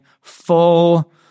full